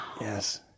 Yes